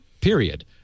period